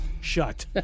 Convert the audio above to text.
Shut